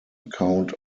account